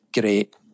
great